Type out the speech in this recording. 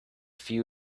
few